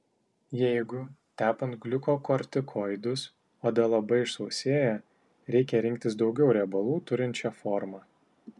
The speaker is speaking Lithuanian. jeigu tepant gliukokortikoidus oda labai išsausėja reikia rinktis daugiau riebalų turinčią formą